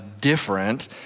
different